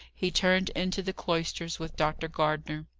he turned into the cloisters with dr. gardner.